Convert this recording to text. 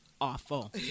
awful